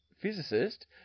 physicist